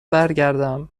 برگردم